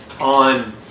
on